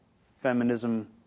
feminism